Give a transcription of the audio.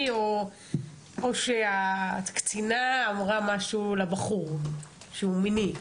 או שהקצינה אמרה משהו לבחור שהוא מיני,